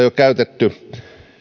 jo käytetty